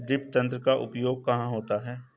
Drip तंत्र का उपयोग कहाँ होता है?